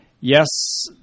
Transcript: yes